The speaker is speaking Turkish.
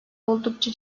oldukça